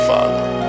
Father